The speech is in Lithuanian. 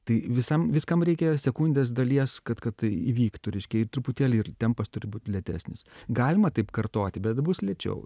tai visam viskam reikia sekundės dalies kad kad tai įvyktų reiškia jei truputėlį ir tempas turi būt lėtesnis galima taip kartoti bet bus lėčiau